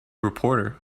reporter